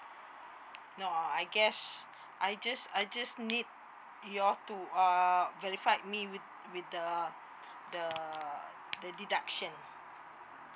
no uh I guess I just I just need you all to err verified me with with the the deduction